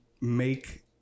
make